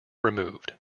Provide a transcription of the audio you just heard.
removed